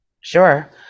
Sure